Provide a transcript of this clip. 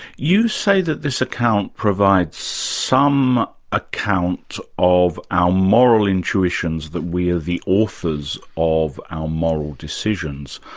you say that this account provides some account of our moral intuitions, that we are the authors of our moral decisions.